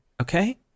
okay